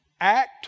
act